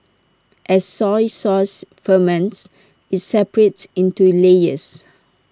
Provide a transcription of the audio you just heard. as soy sauce ferments IT separates into layers